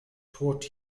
taught